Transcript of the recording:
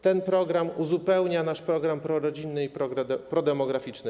Ten program uzupełnia nasz program prorodzinny i prodemograficzny.